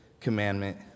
commandment